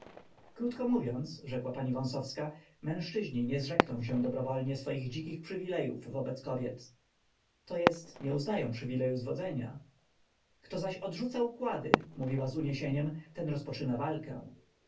krótko mówiąc rzekła pani wąsowska mężczyzni nie zrzekną się dobrowolnie swoich dzikich przywilejów wobec kobiet to jest nie uznają przywileju zwodzenia kto zaś odrzuca układy mówiła z uniesieniem ten rozpoczyna walkę